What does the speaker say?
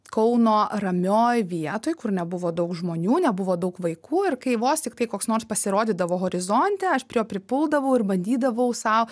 kauno ramioj vietoj kur nebuvo daug žmonių nebuvo daug vaikų ir kai vos tiktai koks nors pasirodydavo horizonte aš prie jo pripuldavau ir bandydavau sau